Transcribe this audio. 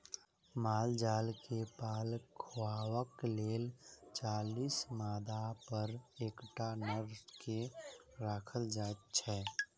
माल जाल के पाल खुअयबाक लेल चालीस मादापर एकटा नर के राखल जाइत छै